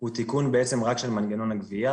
הוא תיקון בעצם רק של מנגנון הגבייה